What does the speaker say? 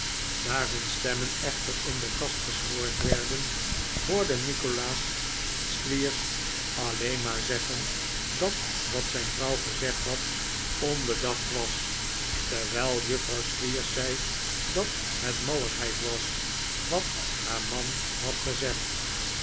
men echter in de kast gesmoord werden hoorde nikolaas squeers alleen maar zeggen dat wat zijn vrouw gezegd had onbedacht was terwijl juffrouw squeers zei dat het malligheid was wat haar man had gezegd